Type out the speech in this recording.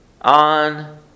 on